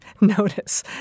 notice